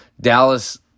Dallas